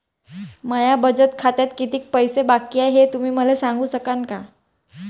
माया बचत खात्यात कितीक पैसे बाकी हाय, हे तुम्ही मले सांगू सकानं का?